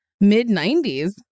Mid-90s